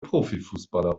profifußballer